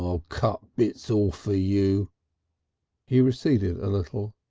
um i'll cut bits orf ah you he receded a little.